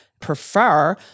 prefer